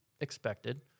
expected